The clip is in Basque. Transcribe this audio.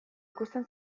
ikusten